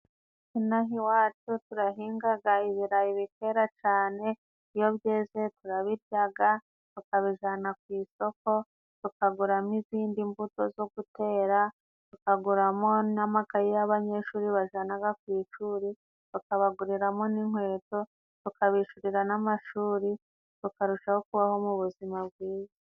Inaha iwacu turahingaga ibirayi bikerara cyane. Iyo byeze, turabiryaga, tukabijana ku isoko, tukaguramo izindi mbuto zo tukaguramo n'amakaye y'abanyeshuri bajanaga ku ishuri, tukabaguriramo n'inkweto, tukabishyurira n'amashuri bakarushaho kubaho mu buzima bwiza.